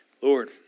Lord